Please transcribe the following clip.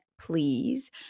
please